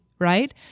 right